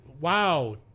wow